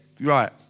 right